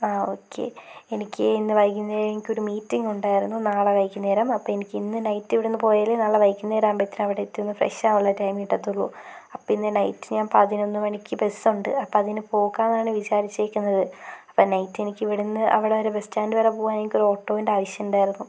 ആ ഓക്കേ എനിക്ക് ഇന്ന് വൈകുന്നേരം എനിക്കൊരു മീറ്റിംഗ് ഉണ്ടായിരുന്നു നാളെ വൈകുന്നേരം അപ്പോൾ എനിക്ക് ഇന്ന് നൈറ്റ് ഇവിടുന്ന് പോയാലേ നാളെ വൈകുന്നേരം ആകുമ്പോഴ്ത്തേനും അവിടെയെത്തി ഫ്രഷ് ആകാനുള്ള ടൈം കിട്ടത്തുള്ളൂ അപ്പം ഇന്ന് നൈറ്റ് പതിനൊന്ന് മണിക്ക് ബസ് ഉണ്ട് അപ്പം അതിന് പോകാനാണ് വിചാരിച്ചെക്കുന്നത് അപ്പം നൈറ്റ് എനിക്ക് ഇവിടുന്ന് അവിടെ വരെ ബസ് സ്റ്റാൻഡ് വരെ പോകാൻ എനിക്കൊരു ഓട്ടോൻ്റെ ആവശ്യം ഉണ്ടായിരുന്നു